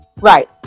right